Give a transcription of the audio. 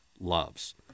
loves